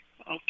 Okay